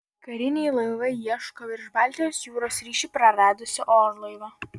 kariniai laivai ieško virš baltijos jūros ryšį praradusio orlaivio